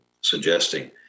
suggesting—